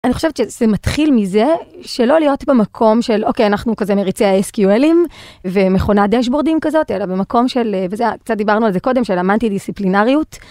אני חושבת שאצלי מתחיל מזה שלא להיות במקום של אוקיי אנחנו כזה מריצי הsqlים ומכונה דשבורדים כזאת אלא במקום של וזה קצת, דיברנו על זה קודם, של המולטי דיציפלינריות.